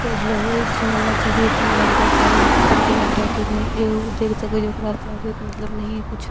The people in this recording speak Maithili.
कैरि लहो सिनेमा छै जे दू तीन घण्टा चारि घण्टा पाँच घण्टा ओते नहि एगो देख सकै छी ओकरा चाहबै तऽ मतलब नहिये किछु